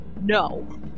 No